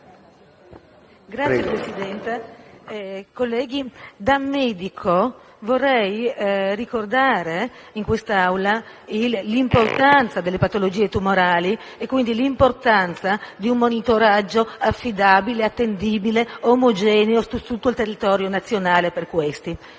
Signor Presidente, colleghi, da medico vorrei ricordare in quest'Aula la rilevanza delle patologie tumorali e, quindi, l'importanza di un loro monitoraggio affidabile, attendibile e omogeneo su tutto il territorio nazionale. In Italia